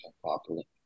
properly